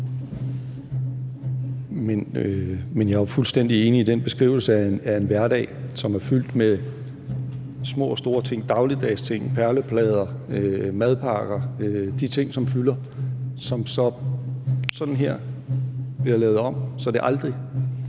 Men jeg er fuldstændig enig i den beskrivelse af en hverdag, som er fyldt med små og store ting – dagligdags ting, perleplader, madpakker, de ting, som fylder – og som så, sådan her, bliver lavet om, så det aldrig,